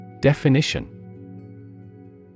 Definition